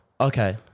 Okay